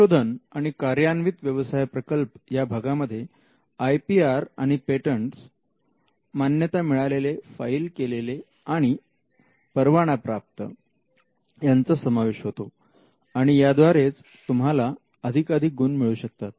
संशोधन आणि कार्यान्वित व्यवसाय प्रकल्प या भागामध्ये आय पी आर आणि पेटंटस मान्यता मिळालेले फाईल केले आणि परवाना प्राप्त यांचा समावेश होतो आणि याद्वारेच तुम्हाला अधिकाधिक गुण मिळू शकतात